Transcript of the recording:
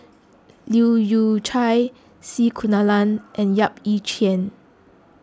Leu Yew Chye C Kunalan and Yap Ee Chian